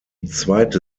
zweite